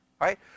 right